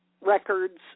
records